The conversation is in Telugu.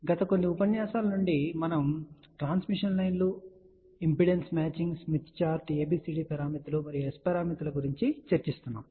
గత కొన్ని ఉపన్యాసాల నుండి మనము ట్రాన్స్మిషన్ లైన్లు impedance matching Smith chart ABCD పారామితులు మరియు S పారామితుల గురించి చర్చిస్తున్నాము